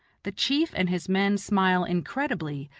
the chief and his men smile incredibly,